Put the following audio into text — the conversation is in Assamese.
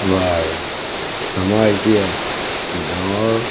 আমাৰ আমাৰ এতিয়া গাঁৱৰ